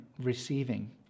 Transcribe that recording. receiving